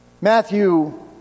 Matthew